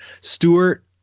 stewart